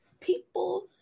people